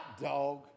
dog